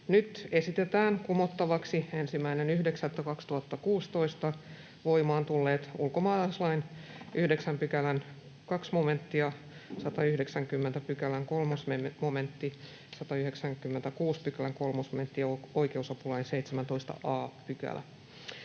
Nyt esitetään kumottavaksi 1.9.2016 voimaan tulleet ulkomaalaislain 9 §:n 2 momentti, 190 §:n 3 momentti, 196 §:n 3 momentti ja oikeusapulain 17 a §.